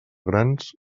grans